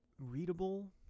readable